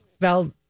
felt